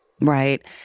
Right